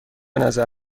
نظر